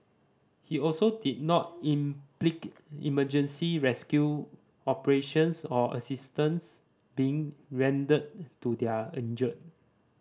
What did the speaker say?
he also did not emergency rescue operations or assistance being rendered to their injured